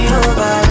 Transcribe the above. over